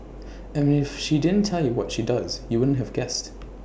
and if she didn't tell you what she does you wouldn't have guessed